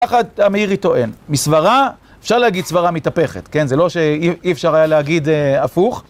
ככה המאירי טוען, מסברה, אפשר להגיד סברה מתהפכת, כן? זה לא שאי אפשר היה להגיד הפוך.